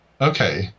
okay